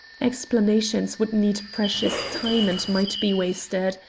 explanations would need precious time and might be wasted.